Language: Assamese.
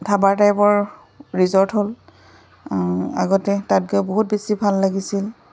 ধাবা টাইপৰ ৰিজৰ্ট হ'ল আগতে তাত গৈ বহুত বেছি ভাল লাগিছিল